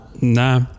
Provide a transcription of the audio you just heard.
Nah